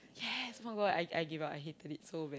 yes [oh]-my-God I I give up I hated it so bad